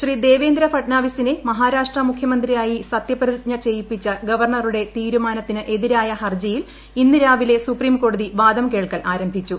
ശ്രീ ദേവേന്ദ്ര ഫട്നവിസിനെ മഹാരാഷ്ട്ര മുഖ്യമന്ത്രിയായി സത്യപ്രതിജ്ഞ ചെയ്യിപ്പിച്ച ഗവർണറുടെ തീരുമാനത്തിനെതിരായ ഹർജിയിൽ ഇന്ന് ക്ലാവിലെ സുപ്രീം കോടതി വാദം കേൾക്കൽ ആരംഭിച്ചു